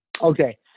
okay